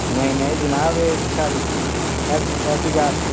नेईं नेईं जनाब एह् साढ़ी ऐसी ऐसी गल्ल